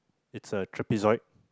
it is a trapezoid